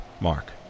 Mark